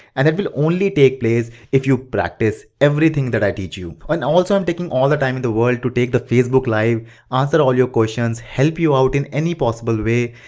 and it will only take place if you practice everything that i teach you. and also i am taking all the time in the world to take the facebook live to answer all your questions, help you out in any possible way,